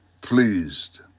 pleased